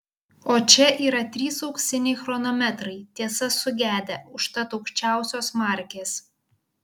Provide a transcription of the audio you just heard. o čia yra trys auksiniai chronometrai tiesa sugedę užtat aukščiausios markės